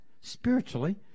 spiritually